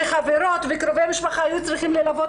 שחברות וקרובי משפחה היו צריכים ללוות